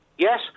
Yes